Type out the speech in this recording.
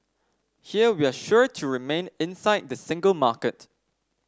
here we're sure to remain inside the single market